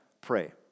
pray